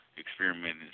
experimenting